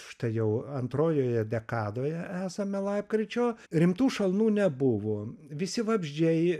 štai jau antrojoje dekadoje esame lapkričio rimtų šalnų nebuvo visi vabzdžiai